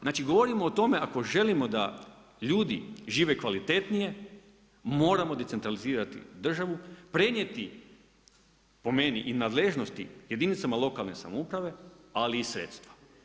Znači govorimo o tome ako želimo da ljudi žive kvalitetnije, moramo decentralizirati državu, prenijeti po meni i nadležnosti jedinicama lokalne samouprave ali i sredstva.